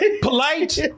Polite